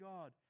God